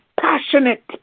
passionate